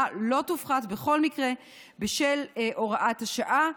לא תופחת בכל מקרה בשל הוראת השעה.